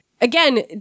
again